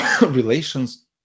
relations